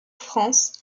france